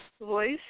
voice